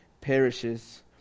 perishes